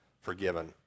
forgiven